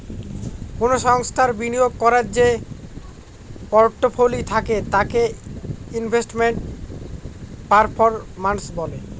কোনো সংস্থার বিনিয়োগ করার যে পোর্টফোলি থাকে তাকে ইনভেস্টমেন্ট পারফরম্যান্স বলে